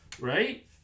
right